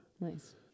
nice